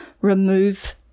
remove